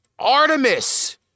Artemis